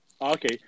Okay